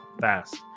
fast